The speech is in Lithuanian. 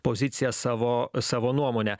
poziciją savo savo nuomonę